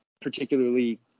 particularly